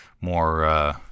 more